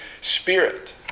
Spirit